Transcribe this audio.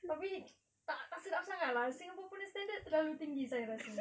tapi tak tak sedap sangat lah singapore punya standard terlalu tinggi saya rasa